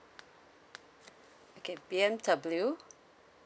okay B_M_W